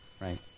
Right